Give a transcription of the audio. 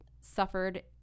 suffered